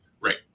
Right